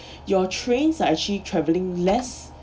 your trains are actually travelling less